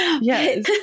Yes